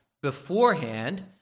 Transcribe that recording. beforehand